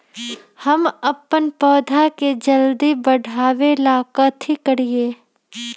हम अपन पौधा के जल्दी बाढ़आवेला कथि करिए?